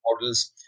models